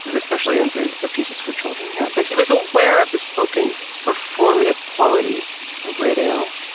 and especially in the the pieces for children here. but he was aware of the spoken, performative quality of radio.